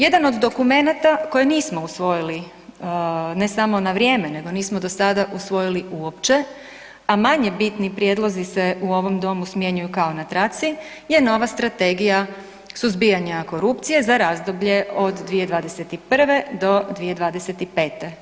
Jedan od dokumenata koje nismo usvojili ne samo na vrijeme nego nismo do sada usvojili uopće a manje bitni prijedlozi se u ovom domu smjenjuju kao na traci je nova Strategija suzbijanja korupcije za razdoblje od 2021. do 2025.